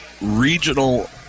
regional